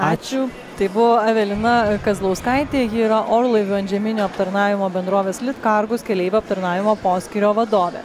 ačiū tai buvo evelina kazlauskaitė ji yra orlaivių antžeminio aptarnavimo bendrovės likargus keleivių aptarnavimo poskyrio vadovė